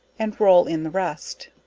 and roll in the rest.